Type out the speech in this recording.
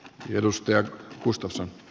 arvoisa puhemies